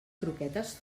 croquetes